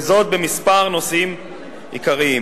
וזאת בכמה נושאים עיקריים: